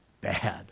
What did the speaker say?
bad